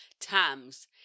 Tams